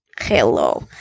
Hello